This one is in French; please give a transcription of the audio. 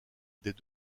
des